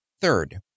Third